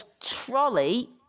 trolley